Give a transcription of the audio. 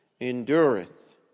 endureth